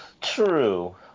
True